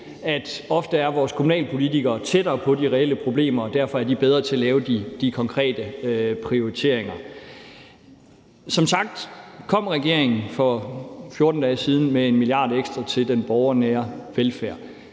at ofte er vores kommunalpolitikere tættere på de reelle problemer og de derfor er bedre til at lave de konkrete prioriteringer. Som sagt kom regeringen for 14 dage siden med 1 mia. kr. ekstra til den borgernære velfærd.